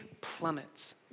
plummets